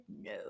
no